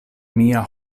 mia